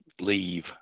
leave